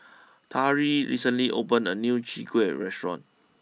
Tari recently opened a new Chwee Kueh restaurant